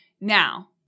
Now